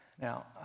Now